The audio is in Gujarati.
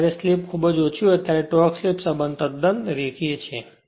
અને જ્યારે સ્લિપખૂબ જ ઓછી હોય ત્યારે ટોર્ક સ્લિપ સંબંધ તદ્દન રેખીય છે